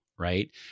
right